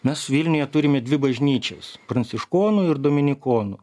mes vilniuje turime dvi bažnyčias pranciškonų ir dominikonų